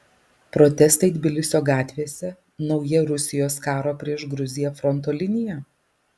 protestai tbilisio gatvėse nauja rusijos karo prieš gruziją fronto linija